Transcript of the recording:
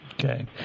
Okay